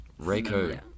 Reiko